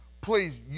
Please